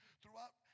throughout